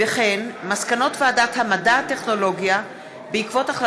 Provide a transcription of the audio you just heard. מסקנות ועדת המדע והטכנולוגיה בעקבות דיון